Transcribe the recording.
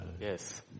Yes